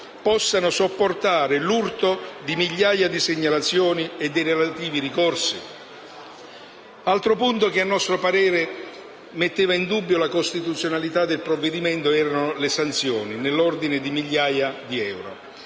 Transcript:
possano sopportare l'urto di migliaia di segnalazioni e dei relativi ricorsi? Un altro punto che a nostro parere metteva in dubbio la costituzionalità del provvedimento erano le sanzioni, dell'ordine di migliaia di euro.